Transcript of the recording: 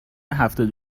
هفتاد